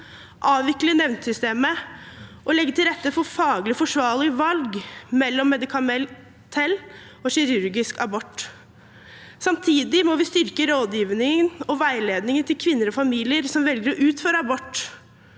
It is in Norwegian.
avvikle nemndsystemet og legge til rette for faglig forsvarlige valg mellom medikamentell og kirurgisk abort. Samtidig må vi styrke rådgivningen og veiledningen til kvinner og familier som velger å utføre abort.